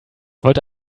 wollte